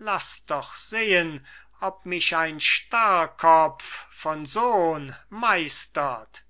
laß doch sehen ob mich ein starrkopf von sohn meistert